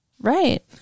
Right